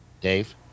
Dave